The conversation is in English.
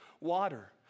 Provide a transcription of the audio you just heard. water